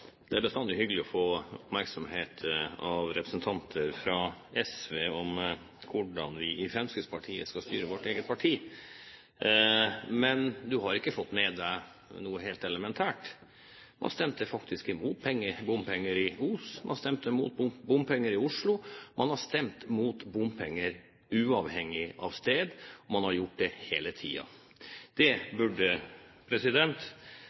Det er bestandig hyggelig å få oppmerksomhet av representanter fra SV om hvordan vi i Fremskrittspartiet skal styre vårt eget parti. Men de har ikke fått med seg noe helt elementært. Man stemte faktisk imot bompenger i Os, man stemte imot bompenger i Oslo, og man har stemt imot bompenger uavhengig av sted. Man har gjort det hele tiden. Det